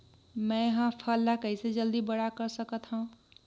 मैं ह फल ला कइसे जल्दी बड़ा कर सकत हव?